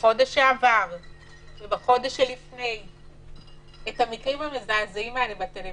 ובחודש שעבר ובחודש שלפני את המקרים המזעזעים האלה בטלוויזיה.